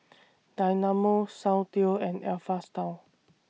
Dynamo Soundteoh and Alpha Style